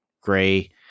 gray